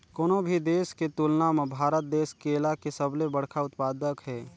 कोनो भी देश के तुलना म भारत देश केला के सबले बड़खा उत्पादक हे